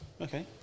Okay